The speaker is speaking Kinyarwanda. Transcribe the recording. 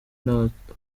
n’abato